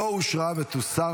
לא נתקבלה.